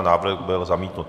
Návrh byl zamítnut.